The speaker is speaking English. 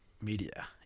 media